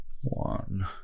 one